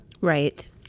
Right